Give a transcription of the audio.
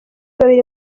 babiri